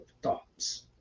thoughts